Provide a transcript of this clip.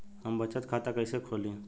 हम बचत खाता कइसे खोलीं?